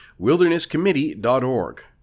wildernesscommittee.org